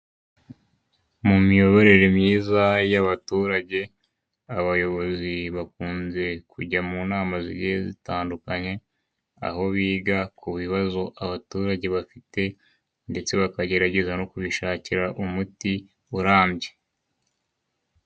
Mu miyoborere myiza y'abaturage, abayobozi bakunda kujya mu nama zitandukanye, aho biga ku bibazo abaturage bafite ndetse bakagerageza no kubishakira umuti urambye.